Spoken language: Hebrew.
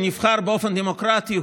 שנבחר באופן דמוקרטי,